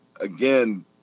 again